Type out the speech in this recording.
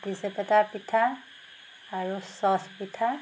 পাতি চেপেটা পিঠা আৰু ছচ পিঠা